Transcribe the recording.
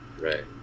Right